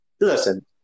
Listen